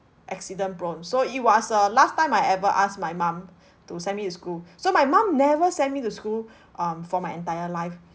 accident-prone so it was the last time I ever ask my mum to send me to school so my mum never send me to school um for my entire life